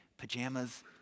Pajamas